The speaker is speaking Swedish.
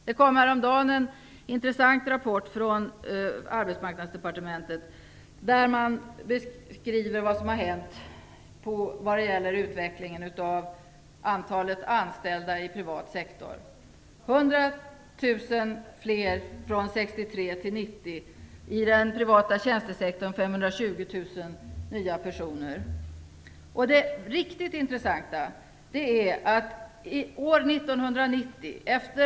Det kom häromdagen en intressant rapport från Arbetsmarknadsdepartementet, där man beskriver vad som har hänt vad gäller utvecklingen av antalet anställda i privat sektor. I den privata tjänstesektorn har det blivit 520 000 nya personer från 1963 till 1990.